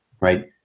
right